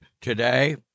today